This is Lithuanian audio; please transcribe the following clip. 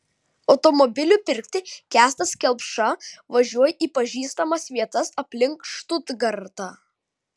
automobilių pirkti kęstas kelpša važiuoja į pažįstamas vietas aplink štutgartą